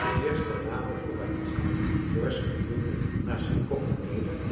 de eerste lade vooruit george knielde naast zijn koffer neder